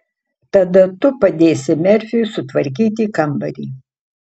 tada tu padėsi merfiui sutvarkyti kambarį